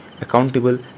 accountable